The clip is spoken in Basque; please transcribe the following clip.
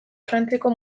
frantziako